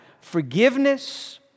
Forgiveness